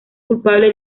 culpable